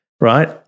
right